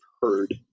heard